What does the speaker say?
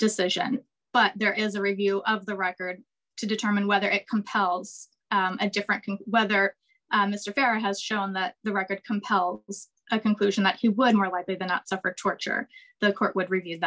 decision but there is a review of the record to determine whether it compels a different whether mr fair has shown that the record compels a conclusion that he would more likely than not suffer torture the court would review